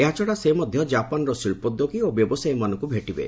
ଏହାଛଡ଼ା ସେ ମଧ୍ୟ ଜାପାନର ଶିଳ୍ପଦ୍ୟୋଗୀ ଓ ବ୍ୟବସାୟୀମାନଙ୍କୁ ଭେଟିବେ